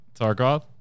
Tarkov